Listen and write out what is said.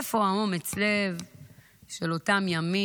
איפה אומץ הלב של אותם ימים?